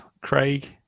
Craig